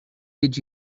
did